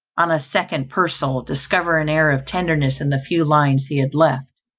on a second perusal, discover an air of tenderness in the few lines he had left,